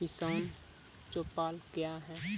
किसान चौपाल क्या हैं?